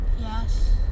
Yes